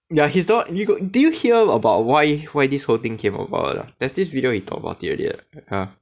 ya he's the one you got do you hear about why why this whole thing came about ah there's this video he talked about it already what ha